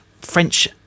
French